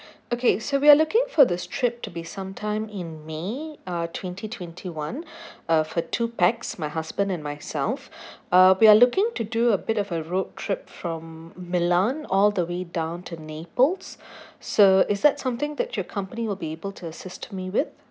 okay so we are looking for this trip to be sometime in may uh twenty twenty one uh for two pax my husband and myself uh we are looking to do a bit of a road trip from milan all the way down to naples so is that something that your company will be able to assist me with